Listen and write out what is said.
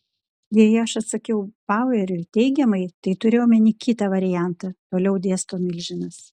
jei aš atsakiau baueriui teigiamai tai turėjau omenyje kitą variantą toliau dėsto milžinas